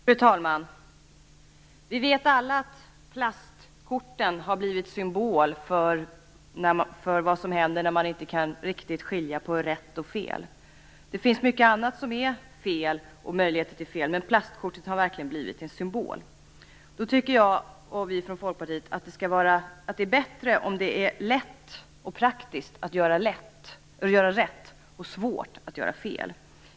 Fru talman! Vi vet alla att plastkortet har blivit symbol för vad som händer när man inte riktigt kan skilja på rätt och fel. Det finns mycket annat som är fel och ger möjligheter att göra fel, men plastkortet har verkligen blivit en symbol. Vi i Folkpartiet tycker att det är bättre om det är lätt och praktiskt att göra rätt och svårt att göra fel.